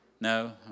No